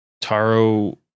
Taro